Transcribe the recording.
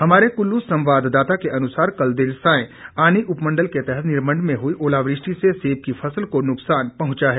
हमारे कुल्लू संवाददाता के अनुसार कल देर सायं आनी उपमंडल के तहत निरमंड में हुई ओलावृष्टि से सेब की फसल को नुकसान पहुंचा है